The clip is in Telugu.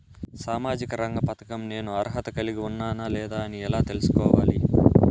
సామాజిక రంగ పథకం నేను అర్హత కలిగి ఉన్నానా లేదా అని ఎలా తెల్సుకోవాలి?